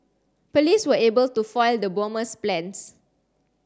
police were able to foil the bomber's plans